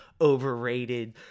overrated